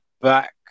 back